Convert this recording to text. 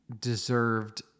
deserved